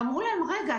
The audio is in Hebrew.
ואמרו להן: רגע,